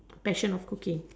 passion of cooking